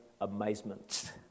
amazement